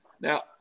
Now